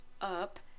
up